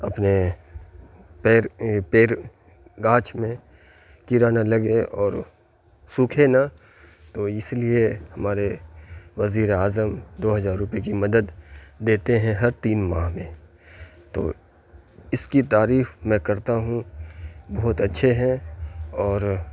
اپنے پیر پیر گاچھ میں کیرا نہ لگے اور سوکھے نہ تو اس لیے ہمارے وزیر اعظم دو ہزار روپئے کی مدد دیتے ہیں ہر تین ماہ میں تو اس کی تعریف میں کرتا ہوں بہت اچھے ہیں اور